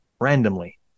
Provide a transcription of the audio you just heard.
randomly